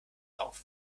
auf